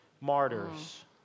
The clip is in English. martyrs